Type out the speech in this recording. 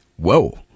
Whoa